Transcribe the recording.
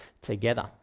together